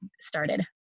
started